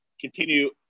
continue